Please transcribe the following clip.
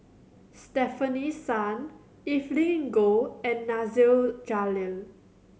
Stefanie Sun Evelyn Goh and Nasir Jalil